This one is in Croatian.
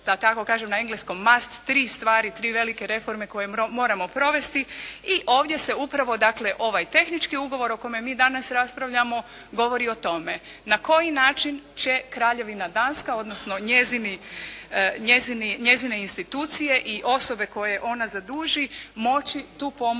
na engleskom “mast“ tri stvari, tri velike reforme koje moramo provesti i ovdje se upravo dakle ovaj tehnički ugovor o kome mi danas raspravljamo govori o tome na koji način će Kraljevina Danska, odnosno njezine institucije i osobe koje ona zaduži moći tu pomoć